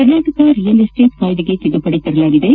Karnataka real estate ಕಾಯ್ಲೆಗೆ ತಿದ್ದುಪಡಿ ಮಾಡಿದ್ದು